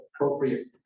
appropriate